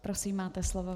Prosím, máte slovo.